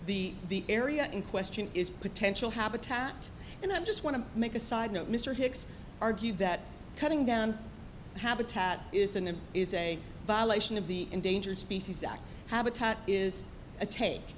the area in question is potential habitat and i just want to make a side note mr hicks argued that cutting down habitat isn't and is a violation of the endangered species act habitat is a ta